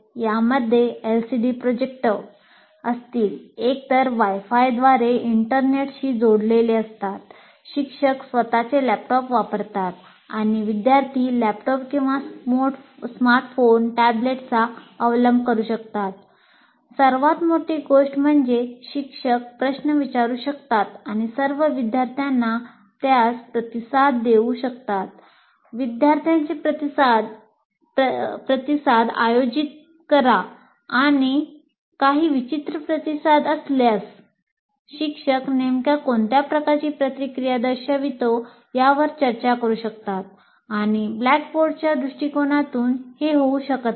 यामध्ये LCD projector अवलंब करु शकतात सर्वात मोठी गोष्ट म्हणजे शिक्षक प्रश्न विचारू शकतात आणि सर्व विद्यार्थ्यांना त्यास प्रतिसाद देऊ शकतात विद्यार्थ्यांचे प्रतिसाद आयोजित करा आणि काही विचित्र प्रतिसाद असल्यास शिक्षक नेमक्या कोणत्या प्रकारची प्रतिक्रिया दर्शवितो यावर चर्चा करू शकतात आणि ब्लॅकबोर्डच्या दृष्टिकोनातून हे होऊ शकत नाही